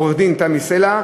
עורכת-הדין תמי סלע,